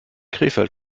krefeld